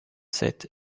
sept